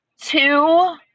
two